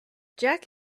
jack